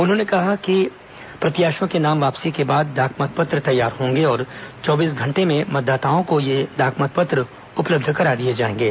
उन्होंने बताया कि प्रत्याशियों के नाम वापसी के बाद डाक मतपत्र तैयार होंगे और चौबीस घंटे में मतदाताओं को उपलब्ध करा दिए जाएंगे